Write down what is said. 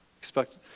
Expect